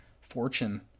fortune